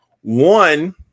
One